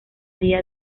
día